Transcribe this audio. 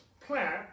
plant